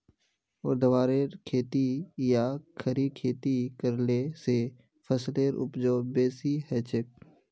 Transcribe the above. ऊर्ध्वाधर खेती या खड़ी खेती करले स फसलेर उपज बेसी हछेक